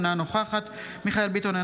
אינה נוכחת מיכאל מרדכי ביטון,